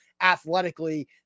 athletically